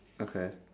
okay